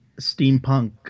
steampunk